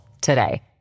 today